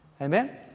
Amen